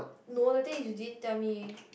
no the thing is you didn't tell me